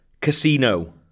Casino